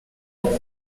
kuko